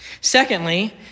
Secondly